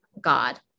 God